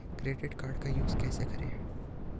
Credit card का use कैसे करें?